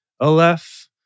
Aleph